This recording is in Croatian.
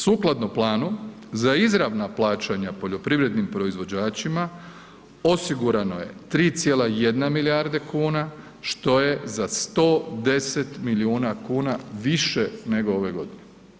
Sukladno planu za izravna plaćanja poljoprivrednim proizvođačima osigurano je 3,1 milijarda kuna, što je za 110 milijuna kuna više nego ove godine.